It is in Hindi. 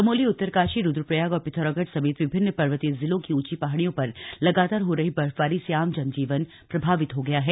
चमोली उत्तरकाशी रुद्रप्रयाग और पिथौरागढ़ समेत विभिन्न पर्वतीय जिलों की ऊंची पहाड़ियों पर लगातार हो रही बर्फबारी से आम जन जीवन प्रभावित हो गया है